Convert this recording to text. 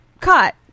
cut